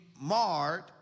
marred